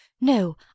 no